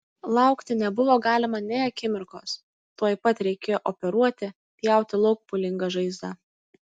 laukti nebuvo galima nė akimirkos tuoj pat reikėjo operuoti pjauti lauk pūlingą žaizdą